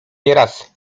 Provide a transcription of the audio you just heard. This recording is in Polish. nieraz